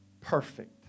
perfect